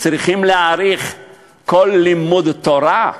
צריכים להעריך כל לימוד תורה,